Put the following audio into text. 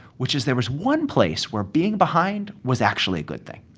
which is there was one place where being behind was actually a good thing.